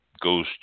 goes